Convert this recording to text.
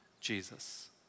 Jesus